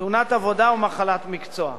תאונת עבודה ומחלת מקצוע,